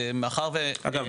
מאחר ו --- אגב,